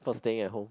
for staying at home